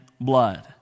blood